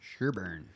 Sherburn